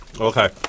Okay